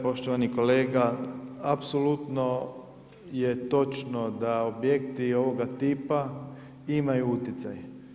Poštovani kolega apsolutno je točno da objekti ovoga tipa imaju utjecaj.